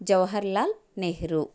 Jawaharlal Nehru